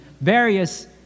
various